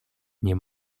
nie